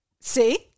See